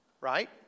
right